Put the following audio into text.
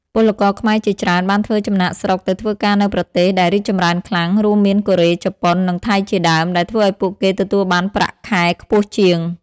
ពលករខ្មែរជាច្រើនបានធ្វើចំណាកស្រុកទៅធ្វើការនៅប្រទេសដែលរីកចម្រើនខ្លាំង រួមមានកូរ៉េ ជប៉ុន និងថៃជាដើម ដែលធ្វើឲ្យពួកគេទទួលបានប្រាក់ខែខ្ពស់ជាង។